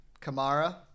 Kamara